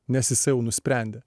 nes jisai jau nusprendė